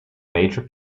major